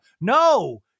No